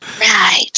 Right